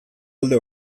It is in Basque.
alde